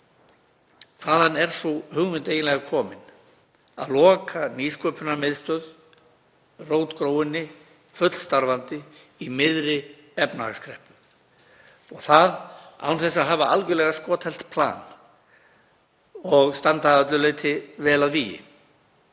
Hvaðan er sú hugmynd eiginlega komin að loka Nýsköpunarmiðstöð, rótgróinni, fullstarfandi, í miðri efnahagskreppu? Og það er gert án þess að hafa algerlega skothelt plan og standa að öllu leyti vel að vígi